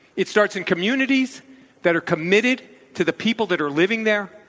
it starts in communities that are committed to the people that are living there,